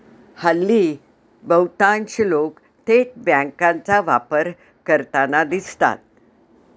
हल्ली बहुतांश लोक थेट बँकांचा वापर करताना दिसतात